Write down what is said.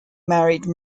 married